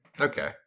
Okay